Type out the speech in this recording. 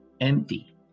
empty